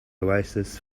oasis